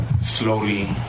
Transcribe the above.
slowly